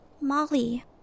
Molly